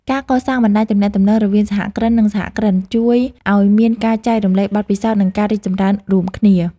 ការកសាងបណ្តាញទំនាក់ទំនងរវាងសហគ្រិន និងសហគ្រិនជួយឱ្យមានការចែករំលែកបទពិសោធន៍ និងការរីកចម្រើនរួមគ្នា។